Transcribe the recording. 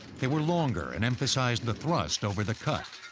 they were longer and emphasized the thrust over the cut.